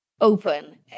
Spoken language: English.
open